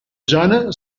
jana